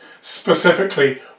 specifically